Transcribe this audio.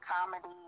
comedy